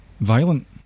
violent